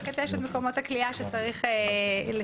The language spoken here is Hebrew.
בקצה יש את מקומות הכליאה שצריך לספק,